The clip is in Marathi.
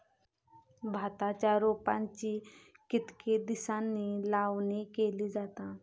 भाताच्या रोपांची कितके दिसांनी लावणी केली जाता?